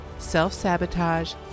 self-sabotage